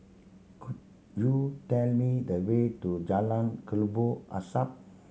could you tell me the way to Jalan Kelabu Asap